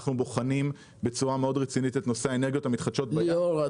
אנחנו בוחנים בצורה מאוד רצינית את נושא האנרגיות המתחדשות --- ליאור,